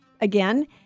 again